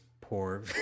poor